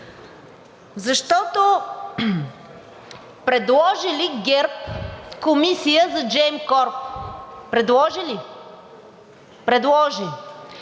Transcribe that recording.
защото предложи ли ГЕРБ комисия за „Gemcorp“? Предложи ли? Предложи.